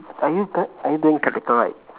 are you g~ are you doing practical right